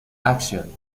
action